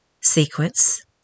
sequence